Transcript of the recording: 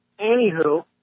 Anywho